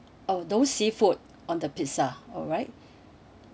oh no seafood on the pizza alright